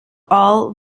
all